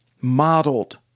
modeled